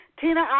Tina